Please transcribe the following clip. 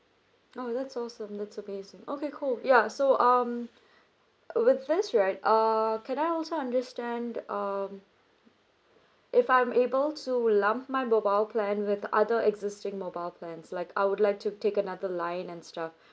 oh that's awesome that's amazing okay cool ya so um with this right err can I also understand um if I'm able to lump my mobile plan with other existing mobile plans like I would like to take another line and stuff